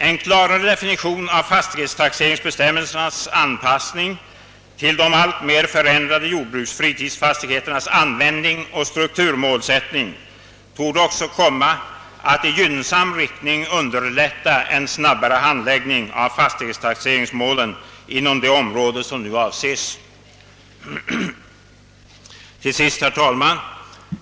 En klarare anpassning av fastighetstaxeringsbestämmelserna till de alltmer förändrade jordbruksfritidsfastigheternas användning och strukturmålsättning torde också komma att i gynnsam riktning underlätta en snabbare handläggning av fastighetstaxeringsmålen inom det område som nu avses. Till sist, herr talman!